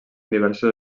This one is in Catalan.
diverses